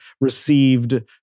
received